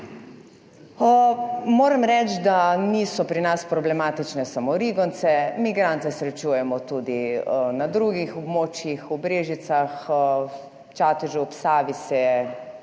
Moram reči, da niso pri nas problematične samo Rigonce, migrante srečujemo tudi na drugih območjih, v Brežicah. V Čatežu ob Savi se